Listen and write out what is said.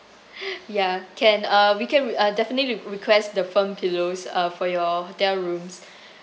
ya can uh we can we uh definitely re~ request the firm pillows uh for your hotel rooms